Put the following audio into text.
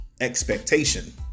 expectation